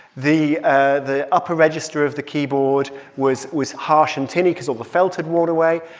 the ah the upper register of the keyboard was was harsh and tinny because all the felt had worn away.